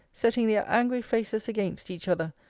setting their angry faces against each other,